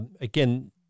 again